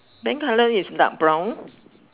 then colour is dark brown